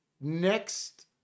next